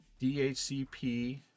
DHCP